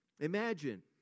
Imagine